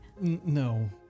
No